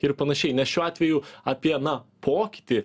ir panašiai nes šiuo atveju apie na pokytį